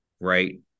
right